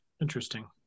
interesting